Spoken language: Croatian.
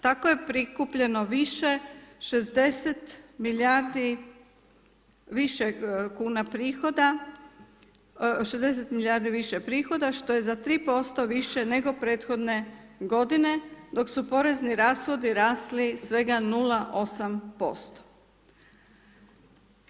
Tako je prikupljeno više 60 milijardi više kuna prihoda, 60 milijardi više prihoda, što je za 3% više nego prethodne g. dok su porezni rashodi rasli svega 0,8%